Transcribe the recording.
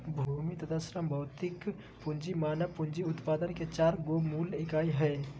भूमि तथा श्रम भौतिक पूँजी मानव पूँजी उत्पादन के चार गो मूल इकाई हइ